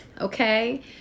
okay